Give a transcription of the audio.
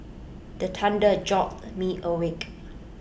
the thunder jolt me awake